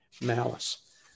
malice